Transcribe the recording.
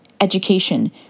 education